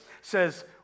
says